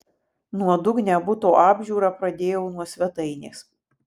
nuodugnią buto apžiūrą pradėjau nuo svetainės